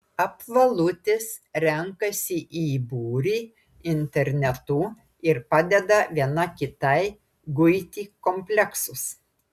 apvalutės renkasi į būrį internetu ir padeda viena kitai guiti kompleksus